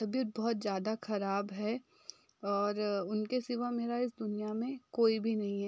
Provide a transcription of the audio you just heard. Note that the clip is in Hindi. तबियत बहुत ज़्यादा खराब है और उनके सिवाय मेरा इस दुनिया में कोई भी नहीं है